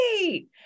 Great